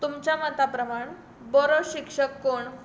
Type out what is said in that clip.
तुमच्या मता प्रमाण बरो शिक्षक कोण